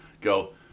go